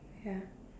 ya